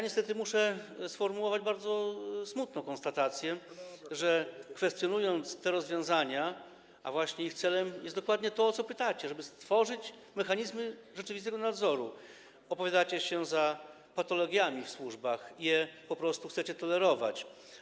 Niestety muszę sformułować bardzo smutną konstatację, że kwestionując te rozwiązania, a właśnie ich celem jest dokładnie to, o co pytacie, żeby stworzyć mechanizmy rzeczywistego nadzoru, opowiadacie się za patologiami w służbach i po prostu chcecie je tolerować.